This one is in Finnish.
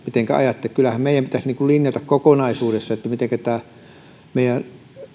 mitenkä ajatte kyllähän meidän pitäisi linjata kokonaisuudessaan siitä mitenkä näitä meidän